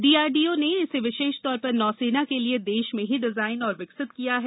DRDO इसे विशेष तौर पर नौसेना के लिए देश में ही डिजाइन और विकसित किया है